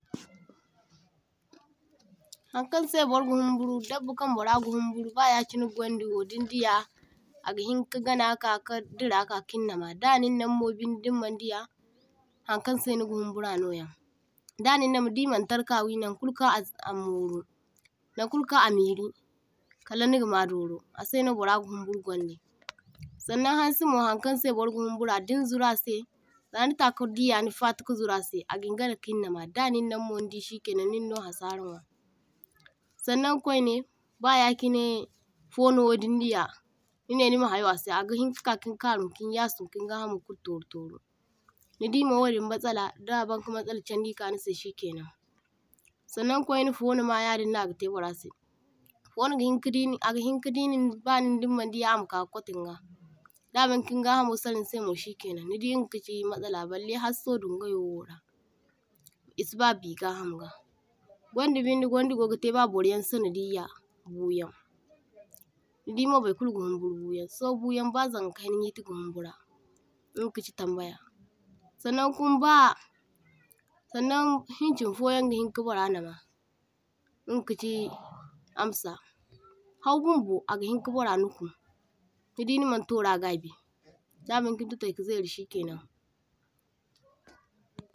toh-toh Hankŋ say barga humburu da’bu kam burra ga humburu ba ya chine gwandi’wo din diya agahiŋ ka gana ka kadira kakiŋ nama, da nin namamo biŋday dinmaŋ diya hankan say niga humbura noya, da nin namamo di man tarka wee naŋ kulu kaŋ amoru, naŋ kulu kaŋ a’miri kala niga ma dooro asay no burra ga humburu gwandi. Sannaŋ hansi mo han kaŋsay burgahum bura din zuru asay, za nitaka diya ni fati kazuru asay agingana kin nama, da nin nama mo nidi shikenaŋ ninno asara nwa. Sannaŋ kwaine bayachine fonowoo din diya ni ne nima hayoo asay agahinka ka kin karum kinya sum kin gahamu kulu torutoru, ni dimo wadin masala da ban ka masala chandi ka shikenaŋ, sannan kwanay fono ma ya dinno aga tai burrasai fono gahin kadinin a’gahiŋ gadinin badinimaŋ diya amaka ka kwato niga, da ban kin gahamo saranisay mo shikenaŋ nidi inga kachi masala ballay halsaho dunga yowora I’siba bee gahamra. Gwandi biŋde gwandi gogate ba buryan sanadiya buyaŋ nidimo baykulu gahumburu buyaŋ nidi ba zanka kaina nyiti gahumbura inga kachi tambaya. Sannaŋ kuma ba sannaŋ hinchin foyan gahinka burra nama inga kachi armser, hawbunbu agahinka burra nuku nidi niman turra gabi, da baŋkin chuti kazeyri shikenaŋ.